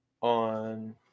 on